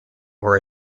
were